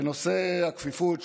בנושא הכפיפות,